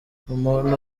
umuntu